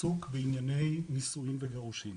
ענייני נישואים וגירושים.